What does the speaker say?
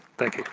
thank